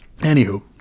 Anywho